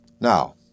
Now